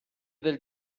del